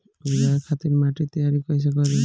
उपजाये खातिर माटी तैयारी कइसे करी?